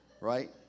right